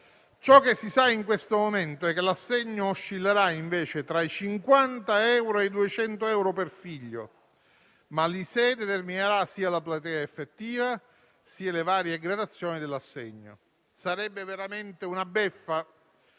Ciò che si sa, in questo momento, è che l'assegno oscillerà invece tra i 50 euro e i 200 euro per figlio, ma l'ISEE determinerà sia la platea effettiva, sia le varie gradazioni dell'assegno. Sarebbe veramente una beffa,